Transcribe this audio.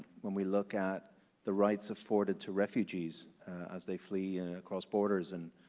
when we look at the rights afforded to refugees as they flee across borders and